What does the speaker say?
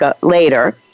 later